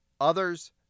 others